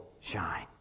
shine